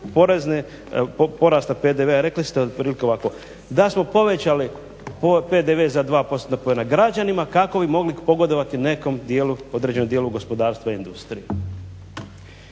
se tiče porasta PDV-a rekli ste otprilike ovako. Da smo povećali PDV za dva postotna poena građanima kako bi mogli pogodovati nekom dijelu, određenom dijelu gospodarstva i industrije.